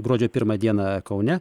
gruodžio pirmą dieną kaune